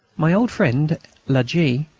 my old friend la g.